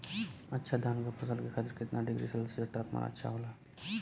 अच्छा धान क फसल के खातीर कितना डिग्री सेल्सीयस तापमान अच्छा होला?